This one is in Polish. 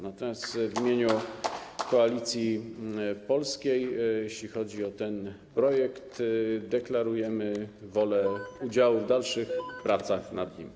Natomiast w imieniu Koalicji Polskiej, jeśli chodzi o ten projekt, deklaruję wolę udziału w dalszych pracach nad nim.